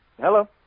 Hello